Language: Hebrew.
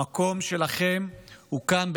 המקום שלכם הוא כאן,